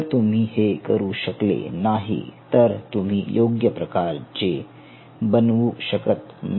जर तुम्ही हे करू शकले नाही तर तुम्ही योग्य प्रकारचे बनवू शकत नाही